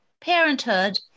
Parenthood